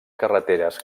carreteres